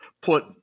put